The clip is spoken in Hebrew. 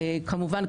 כמובן,